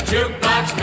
Jukebox